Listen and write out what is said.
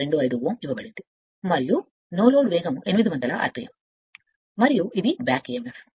2 Ω ఇవ్వబడుతుంది మరియు నోలోడ్ వేగం 800 rpm మరియు ఇది బ్యాక్ emf